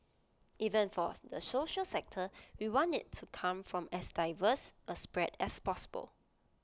even for the social sector we want IT to come from as diverse A spread as possible